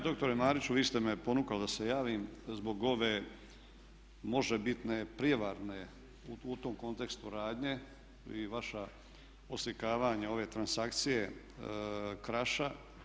Evo doktore Mariću, vi ste me ponukali da se javim zbog ove možebitne prijevarne u tom kontekstu radnje, vi i vaša oslikavanja ove transakcije Kraša.